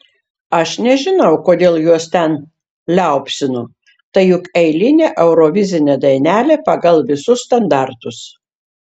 aš nežinau kodėl juos ten liaupsino tai juk eilinė eurovizinė dainelė pagal visus standartus